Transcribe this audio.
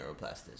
neuroplasticity